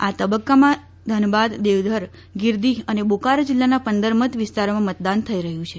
આ તબક્કામાં ઘનબાદદેવઘર ગિરદીહ અને બોકારો જિલ્લાના પંદર મત વિસ્તારોમાં મતદાન થઈ રહ્યું છે